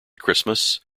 christmas